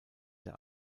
der